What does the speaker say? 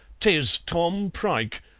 tis tom prike!